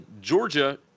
Georgia